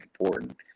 important